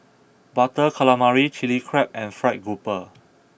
Butter Calamari Chilli Crab and Fried Grouper